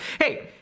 Hey